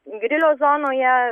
grilio zonoje